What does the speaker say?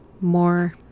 more